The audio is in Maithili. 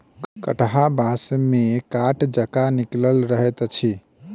कंटहा बाँस मे काँट जकाँ निकलल रहैत अछि